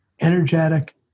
energetic